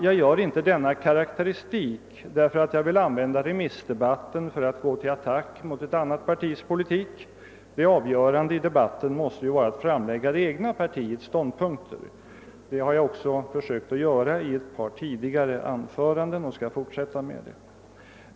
Jag gör inte denna karakteristik därför att jag vill använda remissdebatten för att gå till attack mot ett annat partis politik — det avgörande i debatten måste vara att framlägga det egna partiets ståndpunkter. Detta har jag försökt göra i tidigare anföranden och skall försöka fortsätta därmed.